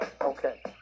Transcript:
Okay